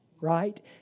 right